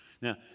Now